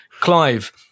Clive